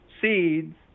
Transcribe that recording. seeds